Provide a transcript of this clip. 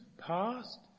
past